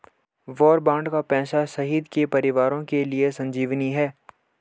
वार bond का पैसा शहीद के परिवारों के लिए संजीवनी है